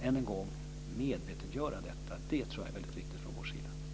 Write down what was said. Än en gång: Att medvetandegöra detta är väldigt viktigt från vår sida.